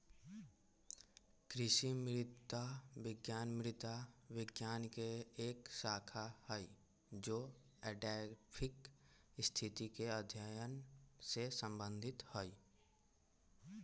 कृषि मृदा विज्ञान मृदा विज्ञान के एक शाखा हई जो एडैफिक स्थिति के अध्ययन से संबंधित हई